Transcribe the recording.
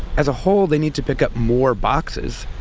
as a whole, they need to pick up more boxes,